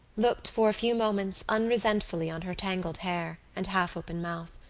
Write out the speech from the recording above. looked for a few moments unresentfully on her tangled hair and half-open mouth,